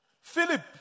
Philip